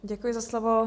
Děkuji za slovo.